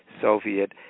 Soviet